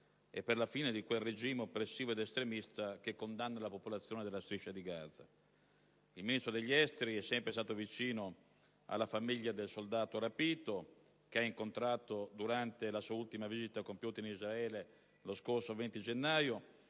e la fine di quel regime oppressivo ed estremista che condanna la popolazione della striscia di Gaza. Il Ministro degli affari esteri è sempre stato vicino alla famiglia del soldato rapito, che ha incontrato durante la sua ultima visita compiuta in Israele lo scorso 20 gennaio,